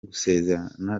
gusezerera